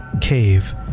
cave